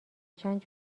چند